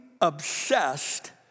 obsessed